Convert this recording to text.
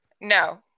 No